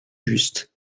just